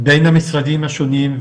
בין המשרדים השונים,